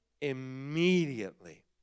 immediately